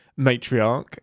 matriarch